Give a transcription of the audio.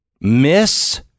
miss